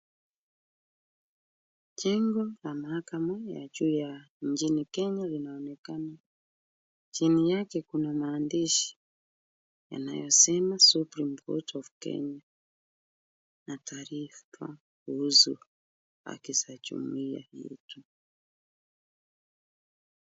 Jengo la mahakama ya juu ya nchini Kenya linaonekana, chini yake kuna maandishi yanayosema supreme court of Kenya, na taarifa kuhusu haki za jumuiya yetu.